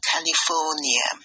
California